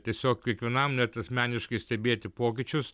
tiesiog kiekvienam net asmeniškai stebėti pokyčius